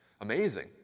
Amazing